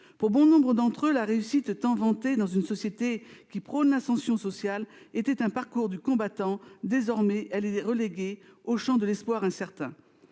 Pour bon nombre de jeunes, la réussite tant vantée dans une société qui prône l'ascension sociale était un parcours du combattant. Désormais, elle est reléguée à l'espoir incertain.